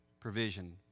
provision